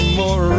more